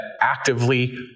actively